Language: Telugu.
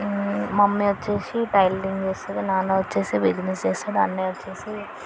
మమ్మీ వచ్చి టైలరింగ్ చేస్తుంది నాన్న వచ్చి బిజినెస్ చేస్తాడు అన్నయ్య వచ్చి